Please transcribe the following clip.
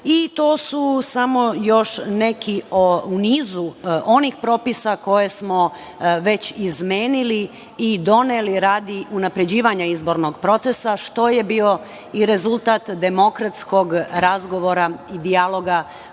To su samo neki u nizu onih propisa koje smo već izmenili i doneli radi unapređivanja izbornog procesa, što je bio i rezultat demokratskog razgovora i dijaloga